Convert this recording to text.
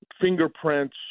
fingerprints